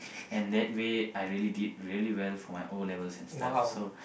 and that way I really did really well for my O-levels and stuff so